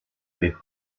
des